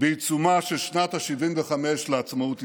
בעיצומה של שנת ה-75 לעצמאות ישראל.